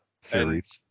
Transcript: series